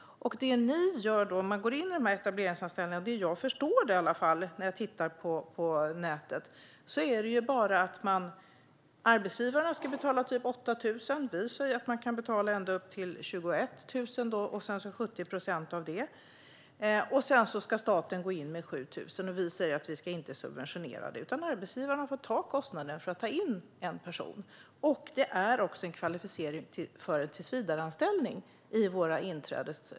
När jag tittar på nätet förstår jag att etableringsanställningarna innebär att arbetsgivarna ska betala exempelvis 8 000. Vi säger att man kan betala upp till 21 000, och sedan blir det 70 procent av den summan. Sedan ska staten gå in med 7 000. Vi säger att vi inte ska subventionera utan att arbetsgivarna får ta kostnaden för att ta in en person. Våra inträdesjobb innebär också en kvalificering för en tillsvidareanställning.